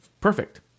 perfect